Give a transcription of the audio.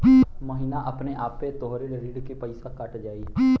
महीना अपने आपे तोहरे ऋण के पइसा कट जाई